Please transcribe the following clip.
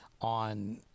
on